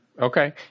Okay